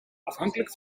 afhankelijk